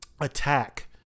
attack